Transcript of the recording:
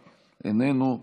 איננו,